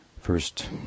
first